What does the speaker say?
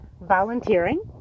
Volunteering